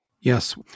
Yes